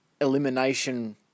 elimination